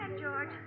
George